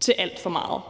til alt for meget,